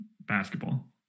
basketball